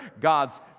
God's